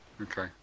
Okay